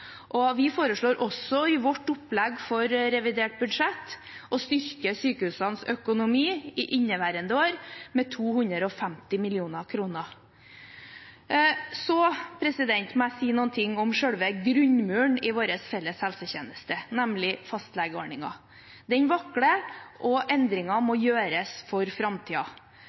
Vi foreslår også i vårt opplegg for revidert budsjett å styrke sykehusenes økonomi i inneværende år med 250 mill. kr. Jeg må si noe om selve grunnmuren i vår felles helsetjeneste, nemlig fastlegeordningen. Den vakler, og endringer må gjøres for